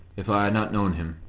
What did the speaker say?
if i had not known him,